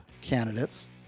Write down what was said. candidates